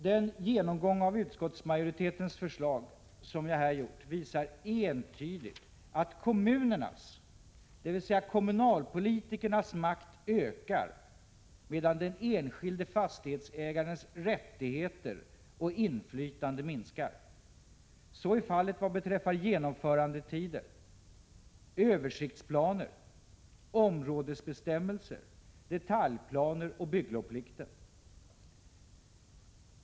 Den genomgång av utskottsmajoritetens förslag som jag här gjort visar entydigt att kommunernas, dvs. kommunalpolitikernas, makt ökar, medan den enskilde fastighetsägarens rättigheter och inflytande minskar. Så är fallet vad beträffar genomförandetider, översiktsplaner, områdesbestämmelser, detaljplaner och bygglovsplikt.